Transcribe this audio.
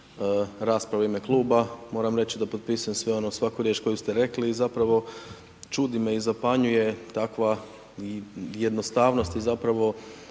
rasprave u ime Kluba, moram reći da potpisujem sve ono, svaku riječ koju ste rekli, i zapravo čudi me i zapanjuje takva, i jednostavnost, i zapravo